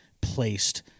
placed